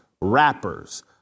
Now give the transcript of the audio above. rappers